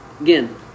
Again